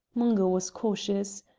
mungo was cautious.